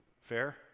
Fair